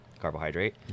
carbohydrate